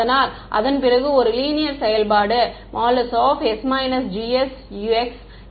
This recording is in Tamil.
அதனால் அதன் பிறகு இது ஒரு லீனியர் செயல்பாடு ||s GsUx||